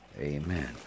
Amen